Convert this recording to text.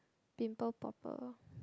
pimple popper